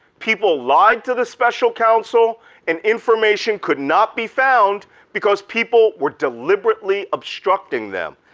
people lied to the special counsel and information could not be found because people were deliberately obstructing them.